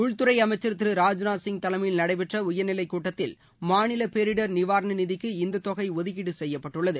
உள்துறை அமைச்சர் திரு ராஜ்நாத் சிங் தலைமையில் நடைபெற்ற உயர் நிலை கூட்டத்தில் மாநில பேரிடர் நிவாரண நிதிக்கு இந்தத் தொகை ஒதுக்கீடு செய்யப்பட்டுள்ளது